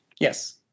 Yes